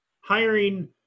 hiring